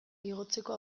igotzeko